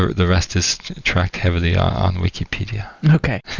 ah the rest is tracked heavily on wikipedia okay.